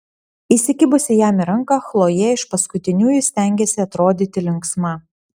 įsikibusi jam į ranką chlojė iš paskutiniųjų stengėsi atrodyti linksma